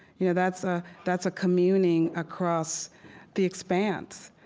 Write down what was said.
you know that's ah that's a communing across the expanse.